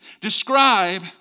describe